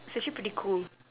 it's actually pretty cool